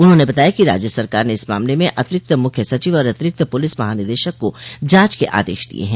उन्होंने बताया कि राज्य सरकार ने इस मामले में अतिरिक्त मुख्य सचिव और अतिरिक्त पुलिस महानिदेशक को जांच के आदेश दिये हैं